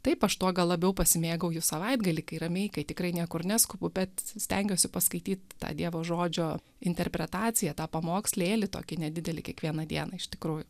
taip aš tuo gal labiau pasimėgauju savaitgalį kai ramiai kai tikrai niekur neskubu bet stengiuosi paskaityt tą dievo žodžio interpretaciją tą pamokslėlį tokį nedidelį kiekvieną dieną iš tikrųjų